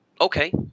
Okay